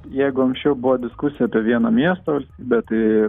jeigu anksčiau buvo diskusija apie vieną miestą bet tai